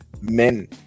men